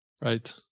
right